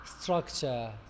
structure